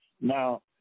Now